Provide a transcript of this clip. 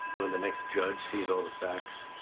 and when the next judge sees all the facts,